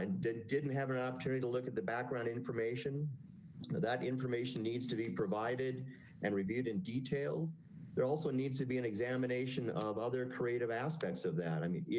and didn't didn't have an opportunity to look at the background information that information needs to be provided and reviewed in detail. michaelbrowning there also needs to be an examination of other creative aspects of that. i mean it.